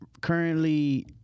currently